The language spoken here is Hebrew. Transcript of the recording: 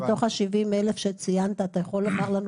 מתוך ה-70,000 שציינת אתה יכול לומר לנו